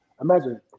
imagine